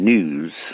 News